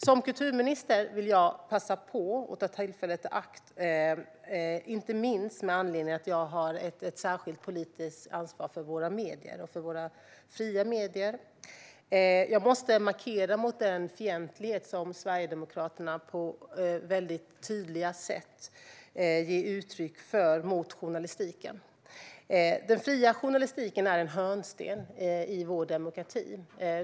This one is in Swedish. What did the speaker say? Som kulturminister vill jag ta tillfället i akt och - inte minst med anledning av att jag har ett särskilt politiskt ansvar för våra fria medier - markera mot den fientlighet som Sverigedemokraterna på sitt väldigt tydliga sätt ger uttryck för mot journalistiken. Den fria journalistiken är en hörnsten i vår demokrati.